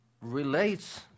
relates